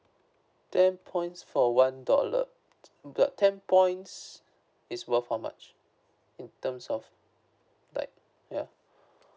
ten points for one dollar got ten points it's worth how much in terms of like ya